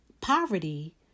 poverty